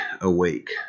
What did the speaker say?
awake